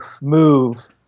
move